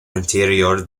interior